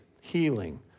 healing